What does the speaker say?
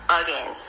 again